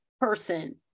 person